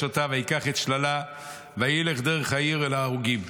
אותה וייקח את שללה וילך דרך העיר אל ההרוגים.